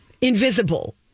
invisible